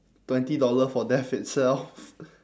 twenty dollar for death itself